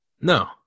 No